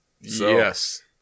Yes